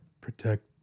Protect